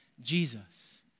Jesus